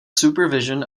supervision